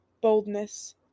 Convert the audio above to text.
boldness